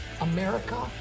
America